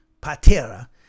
patera